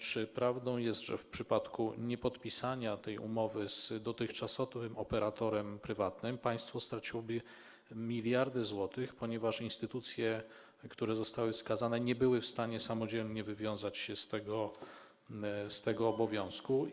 Czy prawdą jest, że w przypadku niepodpisania tej umowy z dotychczasowym operatorem prywatnym państwo straciłoby miliardy złotych, ponieważ instytucje, które zostały wskazane, nie byłyby w stanie samodzielnie wywiązać się z tego obowiązku?